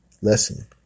lesson